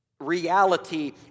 reality